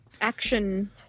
Action